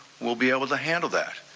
we'll be able to handle that.